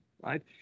right